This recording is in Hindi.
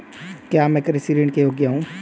क्या मैं कृषि ऋण के योग्य हूँ?